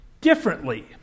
differently